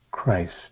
Christ